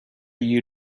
you